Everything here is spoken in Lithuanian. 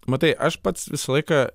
matai aš pats visą laiką